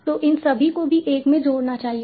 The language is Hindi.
तो इन सभी को भी 1 में जोड़ना चाहिए